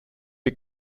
der